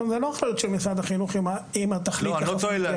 זה לא אחריות של משרד החינוך אם האימא תחליט לחסן את ילדה.